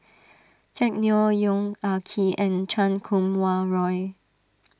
Jack Neo Yong Ah Kee and Chan Kum Wah Roy